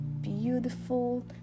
beautiful